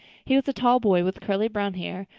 he was a tall boy, with curly brown hair,